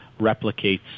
replicates